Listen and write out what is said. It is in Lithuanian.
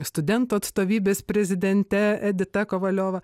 studentų atstovybės prezidente edita kovaliova